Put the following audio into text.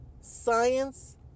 science